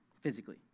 physically